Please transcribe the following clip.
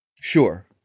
sure